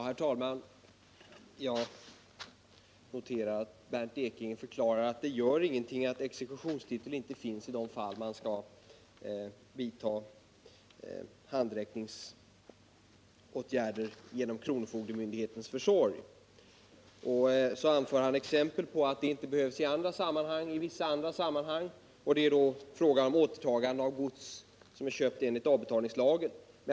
Herr talman! Jag noterar att Bernt Ekinge förklarar att det ingenting gör att exekutionstiteln inte finns i de fall man skall vidta handräckningsåtgärder genom kronofogdemyndighetens försorg. Så anför han exempel på att detta inte behövs i vissa andra sammanhang. Det är då frågan om återtagande av gods som är köpt enligt lagen om avbetalning.